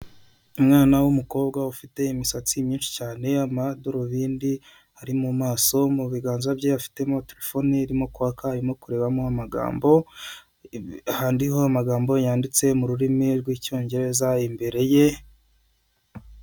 Umwana w'umukobwa ufite imisatsi myinshi cyane y'amadarubindi ari mu maso, mu biganza bye afitemo telefone irimo kwaka arimo kurebamo amagambo harimo amagambo yanditse mu rurimi rw'icyongereza imbere ye.